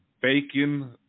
bacon